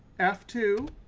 f two.